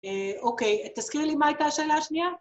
‫אוקיי, תזכירי לי, ‫מה הייתה השאלה השנייה?